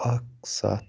اَکھ سَتھ